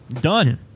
Done